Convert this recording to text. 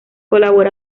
colabora